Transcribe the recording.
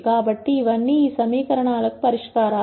కాబట్టి ఇవన్నీ ఈ సమీకరణాలకు పరిష్కారాలు